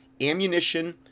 ammunition